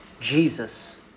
Jesus